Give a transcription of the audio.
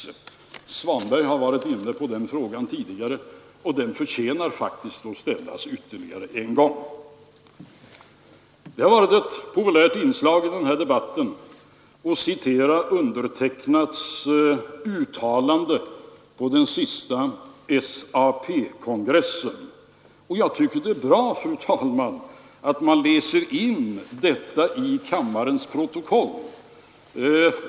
Herr Svanberg har varit inne på detta tidigare, men frågan förtjänar faktiskt att ställas ytterligare en gång. Det har varit ett populärt inslag i den här debatten att citera mina uttalanden på den senaste SAP-kongressen. Jag tycker det är bra, fru talman, att man läser in detta i kammarens protokoll.